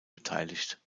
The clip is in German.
beteiligt